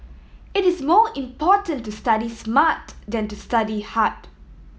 it is more important to study smart than to study hard